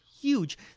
huge